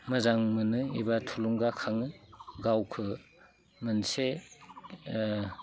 मोजां मोनो एबा थुलुंगाखाङो गावखो मोनसे